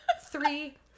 three